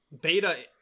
beta